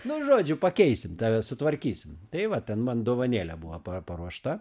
nu žodžiu pakeisim tave sutvarkysim tai va ten man dovanėlė buvo pa paruošta